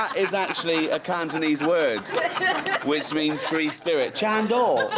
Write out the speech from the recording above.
is actually a cantonese word which means free spirit. chan-do.